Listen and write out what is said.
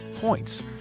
points